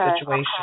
situation